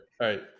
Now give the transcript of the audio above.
right